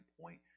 point